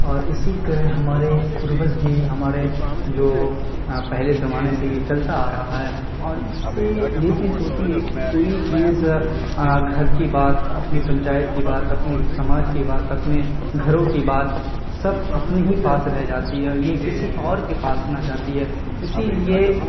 اور اسی طرح ہمارے پروج بھی ہمارے جو پہلے زمانے سے یہ چلتا آ رہا ہے اور اس سے یہ چیز ہوتی ہے کہ کوئی چیز گھر کی بات اپنی پنچایت کی بات اپنے سماج کی بات اپنے گھروں کی بات سب اپنے ہی پاس رہ جاتی ہے یہ کسی اور کے پاس نہ جاتی ہے اسی لیے